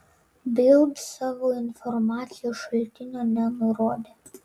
bild savo informacijos šaltinio nenurodė